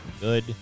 Good